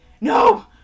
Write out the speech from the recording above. No